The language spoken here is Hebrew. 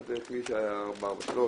עד כביש 443,